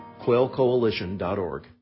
quailcoalition.org